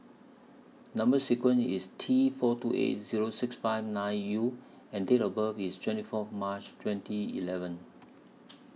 Number sequence IS T four two eight Zero six five nine U and Date of birth IS twenty Fourth March twenty eleven